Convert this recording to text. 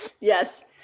Yes